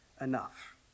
enough